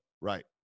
Right